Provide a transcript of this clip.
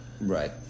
Right